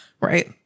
Right